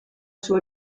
suo